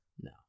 No